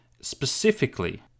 Specifically